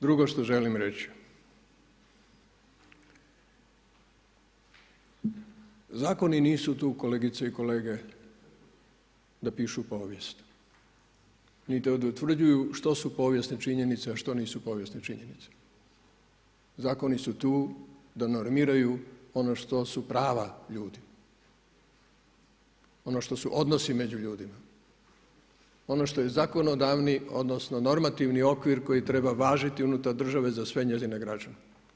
Drugo što želim reći, zakoni nisu tu, kolegice i kolege, da pišu povijesti, niti da utvrđuju što su povijesne činjenice a što nisu povijesne činjenice, zakoni su tu da normiraju ono što su prava ljudi, ono što su odnosi među ljudima, ono što je zakonodavni, odnosno normativni okvir koji treba važiti unutar države za sve njezine građane.